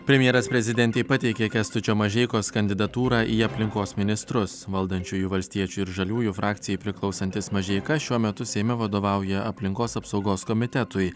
premjeras prezidentei pateikė kęstučio mažeikos kandidatūrą į aplinkos ministrus valdančiųjų valstiečių ir žaliųjų frakcijai priklausantis mažeika šiuo metu seime vadovauja aplinkos apsaugos komitetui